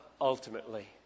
ultimately